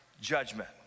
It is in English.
judgment